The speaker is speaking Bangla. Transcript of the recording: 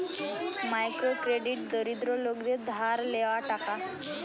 মাইক্রো ক্রেডিট দরিদ্র লোকদের ধার লেওয়া টাকা